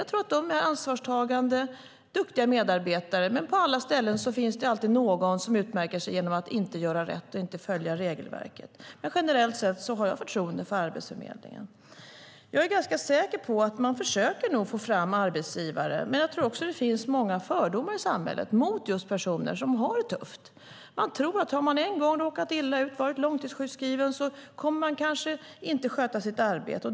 Jag tror att de är ansvarstagande och duktiga medarbetare. Men på alla ställen finns det någon som utmärker sig genom att inte göra rätt och inte följa regelverket. Generellt sett har jag alltså förtroende för Arbetsförmedlingen. Jag är ganska säker på att man försöker få fram arbetsgivare, men jag tror också att det finns många fördomar i samhället mot just personer som har det tufft. Man tror att har en person en gång råkat illa ut, till exempel varit långtidssjukskriven, så kommer han eller hon inte att sköta sitt arbete.